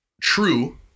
true